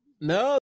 No